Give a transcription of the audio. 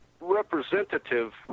representative